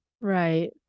Right